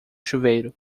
chuveiro